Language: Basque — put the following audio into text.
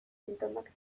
sintomak